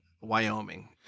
Wyoming